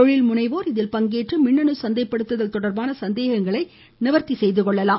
தொழில் முனைவோர் இதில் பங்கேற்று மின்னனு சந்தைப்படுத்துதல் தொடர்பான சந்தேகங்களை நிவர்த்தி செய்து கொள்ளலாம்